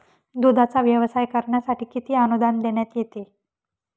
दूधाचा व्यवसाय करण्यासाठी किती अनुदान देण्यात येते?